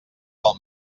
del